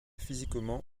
physiquement